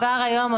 כבר היום,